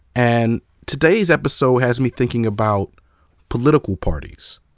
and today's episode has me thinking about political parties,